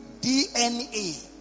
DNA